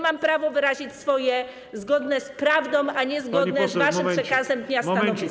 Mam prawo wyrazić swoje - zgodne z prawdą, a nie zgodne z waszym przekazem dnia - stanowisko.